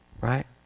right